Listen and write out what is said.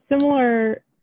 similar